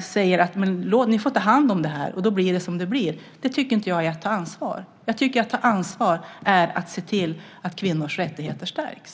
säger, nämligen låta dem ta hand om detta. Då blir det som det blir. Det tycker jag inte är att ta ansvar. Att ta ansvar är att se till att kvinnors rättigheter stärks.